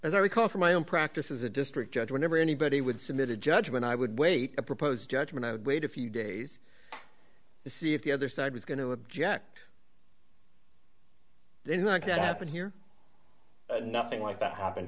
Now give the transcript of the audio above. as i recall from my own practice is a district judge whenever anybody would submit a judgment i would wait a proposed judgment to wait a few days to see if the other side was going to object then like that happens here nothing like that happened